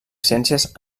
ciències